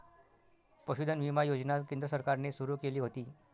पशुधन विमा योजना केंद्र सरकारने सुरू केली होती